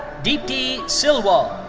deepti silwal.